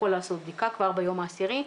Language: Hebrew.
יכול להיות בדיקה כבר ביום העשירי,